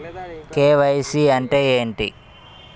KYC అంటే ఏంటి?